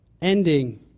ending